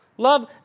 Love